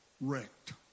wrecked